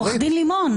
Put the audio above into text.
עורך דין לימון.